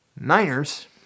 Niners